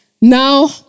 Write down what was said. Now